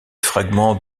fragments